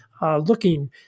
looking